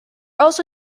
also